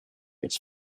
its